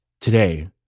Today